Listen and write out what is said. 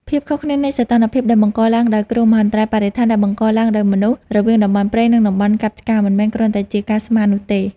ភាពខុសគ្នានៃសីតុណ្ហភាពដែលបង្កឡើងដោយ គ្រោះមហន្តរាយបរិស្ថានដែលបង្កឡើងដោយមនុស្ស រវាងតំបន់ព្រៃ និងតំបន់កាប់ឆ្ការ មិនមែនគ្រាន់តែជាការស្មាននោះទេ។